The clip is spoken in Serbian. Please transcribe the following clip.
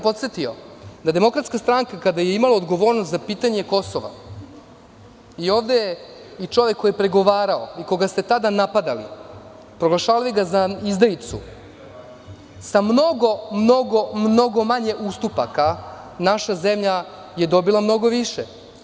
Podsetio bih vas da DS kada je imala odgovornost za pitanje Kosova, ovde je i čovek koji je pregovarao i koga ste tada napadali, proglašavali ga za izdajicu, sa mnogo manje ustupaka, naša zemlja je dobila mnogo više.